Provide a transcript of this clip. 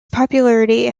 popularity